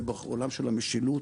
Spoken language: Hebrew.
ובעולם של המשילות,